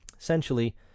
Essentially